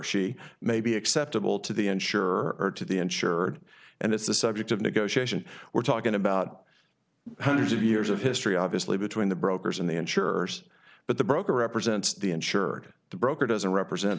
she may be acceptable to the ensure or to the insured and it's the subject of negotiation we're talking about hundreds of years of history obviously between the brokers and the insurers but the broker represents the insured the broker doesn't represent